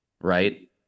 right